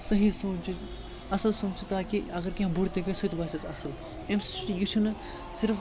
صحیح سونٛچِچ اَصٕل سونٛچُن تاکہِ اگر کینٛہہ بُرٕ تہِ گژھِ سُہ تہِ باسٮ۪س اَصٕل أمِس چھِ یہِ چھُنہٕ صرف